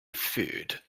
food